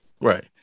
Right